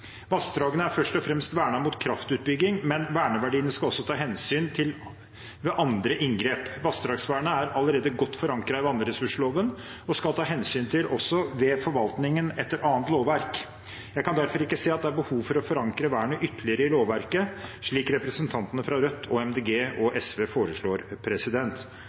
Vassdragene er først og fremst vernet mot kraftutbygging, men verneverdiene skal også tas hensyn til ved andre inngrep. Vassdragsvernet er allerede godt forankret i vannressursloven og skal tas hensyn til også ved forvaltningen etter annet lovverk. Jeg kan derfor ikke se at det er behov for å forankre vernet ytterligere i lovverket, slik representantene fra Rødt, Miljøpartiet De Grønne og SV foreslår.